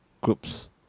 groups